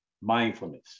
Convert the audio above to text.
mindfulness